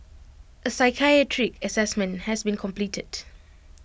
A psychiatric Assessment has been completed